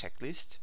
checklist